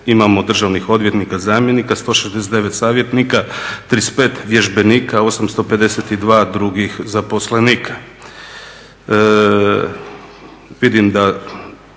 imamo državnih odvjetnika zamjenika, 169 savjetnika, 35 vježbenika, 852 drugih zaposlenika.